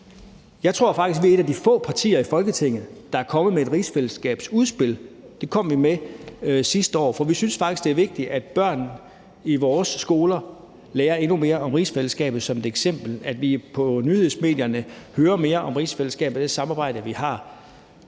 Jeg tror faktisk, at vi er et af de få partier i Folketinget, der er kommet med et rigsfællesskabsudspil – det kom vi med sidste år – for vi synes faktisk som et eksempel, at det er vigtigt, at børnene i vores skoler lærer endnu mere om rigsfællesskabet, og at vi i nyhedsmedierne hører mere om rigsfællesskabet og det samarbejde, vi har.